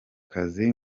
kazi